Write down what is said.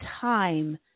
time